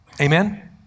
Amen